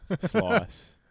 slice